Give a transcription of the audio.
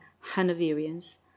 Hanoverians